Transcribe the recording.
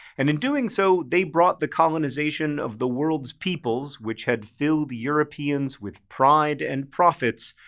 and in doing so, they brought the colonization of the world's peoples, which had filled europeans with pride and profits,